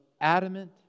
adamant